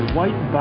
White